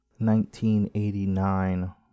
1989